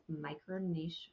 micro-niche